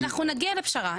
אנחנו נגיע לפשרה,